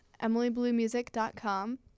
emilybluemusic.com